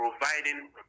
providing